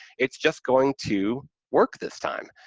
it's just going to work this time.